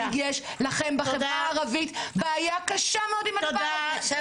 ויש לכם בחברה הערבית בעיה קשה מאוד עם הדבר הזה.